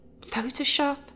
Photoshop